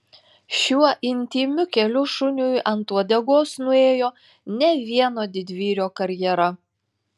šiuo intymiu keliu šuniui ant uodegos nuėjo ne vieno didvyrio karjera